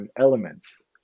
elements